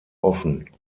offen